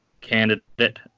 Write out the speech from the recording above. candidate